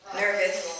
nervous